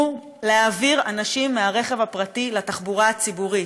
הוא להעביר אנשים לתחבורה הציבורית.